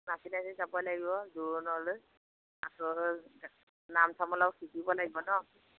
নাচি নাচি যাব লাগিব জোৰোণলৈ আকৌ নাম চাম অলপ শিকিব লাগিব ন